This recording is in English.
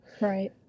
Right